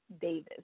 Davis